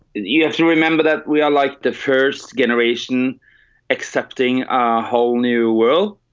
you have to remember that we are like the first generation accepting our whole new world.